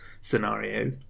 scenario